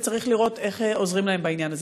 וצריך לראות איך עוזרים להם בעניין הזה.